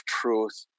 truth